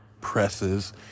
presses